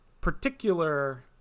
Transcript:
particular